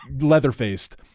leather-faced